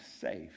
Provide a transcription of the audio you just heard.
safe